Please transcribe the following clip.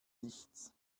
nichts